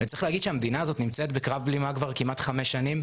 וצריך להגיד שהמדינה הזאת נמצאת בקרב בלימה כבר כמעט חמש שנים.